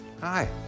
hi